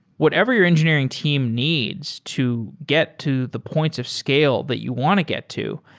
whatever your engineering team needs to get to the points of scale that you want to get to,